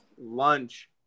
lunch